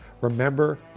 Remember